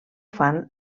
fan